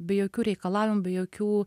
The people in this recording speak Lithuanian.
be jokių reikalavimų be jokių